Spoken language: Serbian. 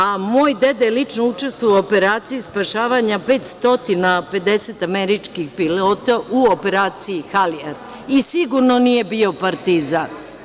A, moj deda je lično učestvovao u operaciji spašavanja 550 američkih pilota u operaciji „Halijard“ i sigurno nije bio partizan.